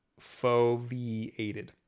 foveated